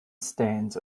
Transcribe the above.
stands